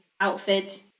outfit